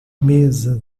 mesa